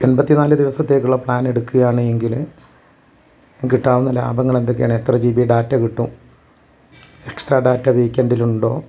എൺപത്തി നാല് ദിവസത്തേക്ക് ഉള്ള പ്ലാൻ എടുക്കുകയാണ് എങ്കില് കിട്ടാവുന്ന ലാഭങ്ങൾ എന്തൊക്കെയാണ് എത്ര ജി ബി ഡാറ്റ കിട്ടും എക്സ്ട്രാ ഡാറ്റ വീക്കെൻഡിലുണ്ടോ